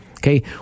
Okay